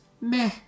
meh